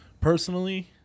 personally